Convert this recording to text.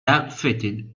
outfitted